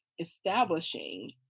establishing